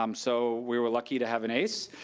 um so we were lucky to have an ace,